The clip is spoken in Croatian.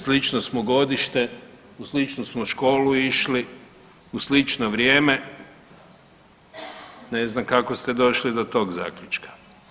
Slično smo godište, u sličnu smo školu išli, u slično vrijeme ne znam kako ste došli do tog zaključka.